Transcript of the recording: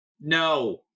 No